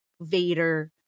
Vader